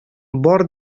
бар